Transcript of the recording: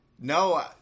No